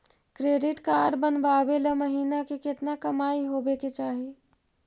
Credit card बनबाबे ल महीना के केतना कमाइ होबे के चाही?